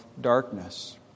darkness